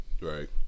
Right